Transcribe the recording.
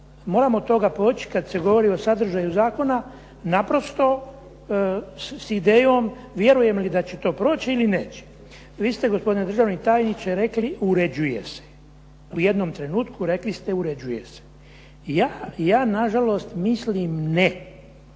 moram od toga poći kad se govori o sadržaju zakona naprosto s idejom vjerujem li da će to proći ili neće. Vi ste gospodine državni tajniče rekli uređuje se. U jednom trenutku rekli ste uređuje se. Ja na žalost mislim ne,